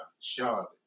Charlotte